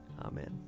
Amen